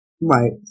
Right